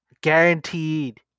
guaranteed